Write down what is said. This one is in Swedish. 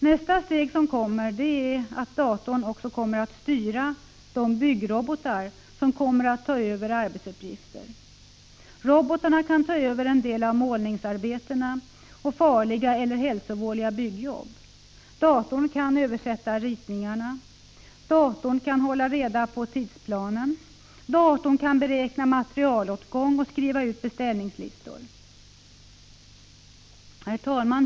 Nästa steg är att datorn styr de byggrobotar som kommer att ta över arbetsuppgifter. Robotarna kan ta över en del av målningsarbetena och utföra farliga eller hälsovådliga byggjobb. Datorn kan översätta ritningarna. Datorn kan hålla reda på tidsplanen. Datorn kan beräkna materialåtgång och skriva ut beställningslistor. Herr talman!